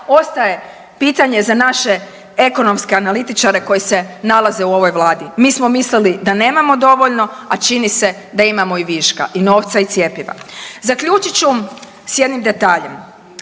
ostaje pitanje za naše ekonomske analitičare koji se nalaze u ovoj Vladi. Mi smo mislili da nemamo dovoljno, a čini se da imamo i viška i novca i cjepiva. Zaključit ću sa jednim detaljem.